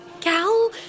gal